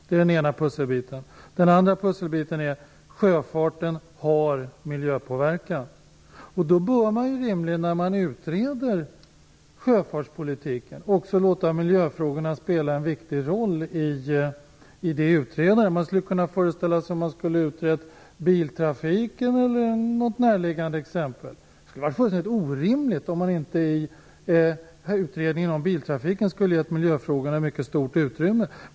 Det är den ena pusselbiten. Den andra är att sjöfarten har en miljöpåverkan. Då bör man rimligen, när man utreder sjöfartspolitiken, också låta miljöfrågorna spela en viktig roll i utredningen. Om man skulle utreda biltrafiken eller liknande, skulle det vara fullständigt orimligt om man inte i den utredningen skulle ha gett miljöfrågorna ett mycket stort utrymme.